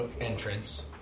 entrance